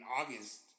August